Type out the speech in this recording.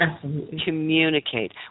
Communicate